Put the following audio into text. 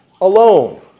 alone